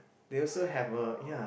they also have a ya